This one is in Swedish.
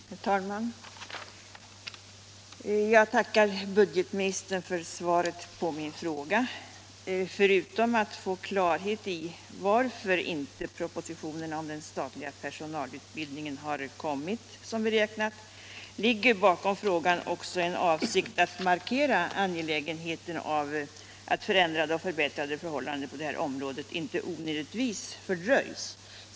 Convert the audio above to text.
Herr talman! Jag tackar budgetministern för svaret på min fråga. Förutom en önskan att få klarhet i varför inte propositionen om den statliga personalutbildningen har kommit som vi beräknat ligger bakom frågan också en avsikt att markera angelägenheten av att förändrade och förbättrade förhållanden på det här området inte onödigtvis fördröjs.